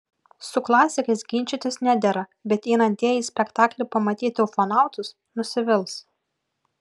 su klasikais ginčytis nedera bet einantieji į spektaklį pamatyti ufonautus nusivils